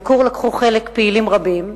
בביקור לקחו חלק פעילים רבים,